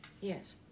Yes